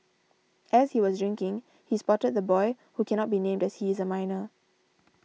as he was drinking he spotted the boy who cannot be named that he is a minor